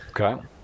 okay